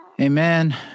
Amen